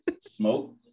Smoke